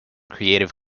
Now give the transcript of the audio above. creative